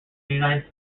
united